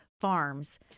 farms